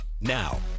Now